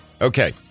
Okay